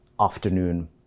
afternoon